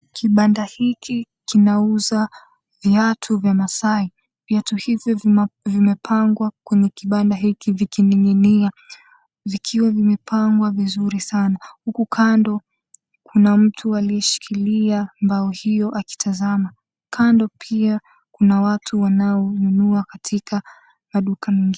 Kibanda hiki kinauza viatu vya masai, viatu hivi vimepangwa kwenye kibanda hiki vikining'inia vikiwa vimepangwa vizuri sana huku kando kuna mtu aliyeshikilia mbao hiyo akitazama, kando pia kuna watu wanaonunua katika maduka mengine.